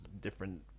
different